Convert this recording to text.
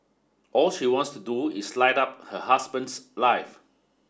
all she wants to do is light up her husband's life